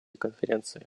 конференции